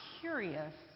curious